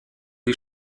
die